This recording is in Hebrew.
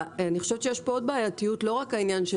אני חושבת יש כאן עוד בעייתיות ולא רק העניין של